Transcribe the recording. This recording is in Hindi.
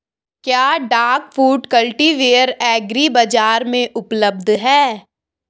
क्या डाक फुट कल्टीवेटर एग्री बाज़ार में उपलब्ध है?